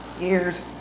Years